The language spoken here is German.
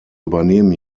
übernehmen